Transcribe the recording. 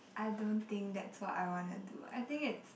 I don't think that's what I wanna do I think it's